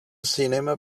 cinema